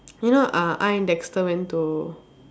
you know uh I and Dexter went to